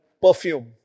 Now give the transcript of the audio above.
perfume